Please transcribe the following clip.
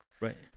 Right